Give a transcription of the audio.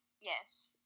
Yes